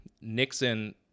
Nixon